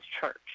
church